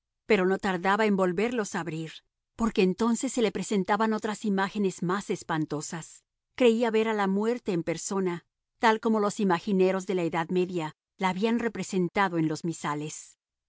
pero no tardaba en volverlos a abrir porque entonces se le presentaban otras imágenes más espantosas creía ver a la muerte en persona tal como los imagineros de la edad media la habían representado en los misales